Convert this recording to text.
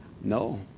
No